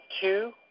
two